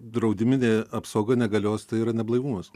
draudiminė apsauga negalios tai yra neblaivumas